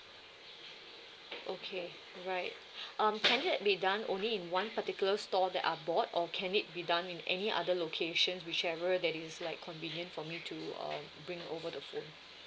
okay right um can it like be done only in one particular store that I bought or can it be done in any other location whichever that is like convenient for me to uh bring over the phone